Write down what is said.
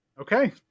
Okay